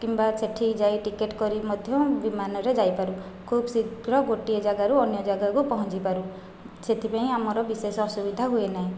କିମ୍ବା ସେଠିକି ଯାଇ ଟିକେଟ୍ କରି ମଧ୍ୟ ବିମାନରେ ଯାଇପାରୁ ଖୁବ୍ ଶୀଘ୍ର ଗୋଟିଏ ଜାଗାରୁ ଅନ୍ୟ ଜାଗାକୁ ପହଞ୍ଚିପାରୁ ସେଇଥିପାଇଁ ଆମର ବିଶେଷ ଅସୁବିଧା ହୁଏ ନାହିଁ